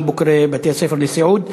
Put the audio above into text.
גם בוגרי בתי-הספר לסיעוד.